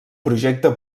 projecte